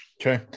okay